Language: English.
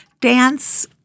Dance